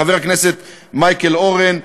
חבר הכנסת מייקל אורן,